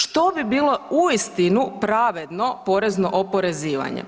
Što bi bilo uistinu pravedno porezno oporezivanje?